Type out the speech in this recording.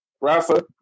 Rafa